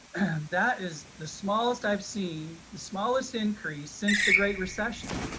that is the smallest i've seen, the smallest increase since the great recession,